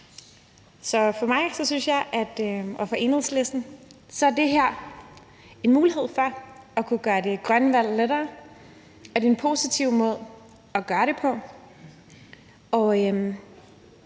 for mig og for Enhedslisten er det her en mulighed for at kunne gøre det grønne valg lettere. Det er en positiv måde at gøre det på,